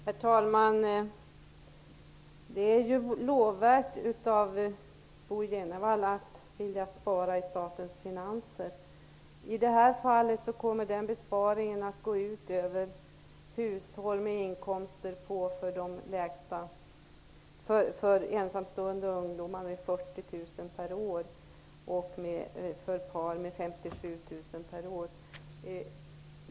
Herr talman! Det är lovvärt att Bo G Jenevall vill göra besparingar i statens finanser. Men i det här fallet kommer besparingarna att gå ut över dem som har de lägsta inkomsterna, dvs. för ensamstående och ungdomar, med 40 000 per år och för par med 57 000 per år.